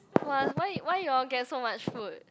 !wah! why why you all get so much food